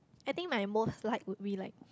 I think my most liked would be like